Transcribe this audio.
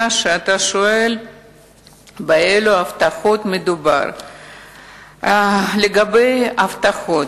2. לגבי ההבטחות,